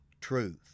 truth